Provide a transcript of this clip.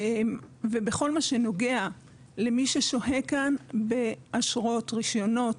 ובכל מה שנוגע למי ששוהה כאן באשרות, רישיונות,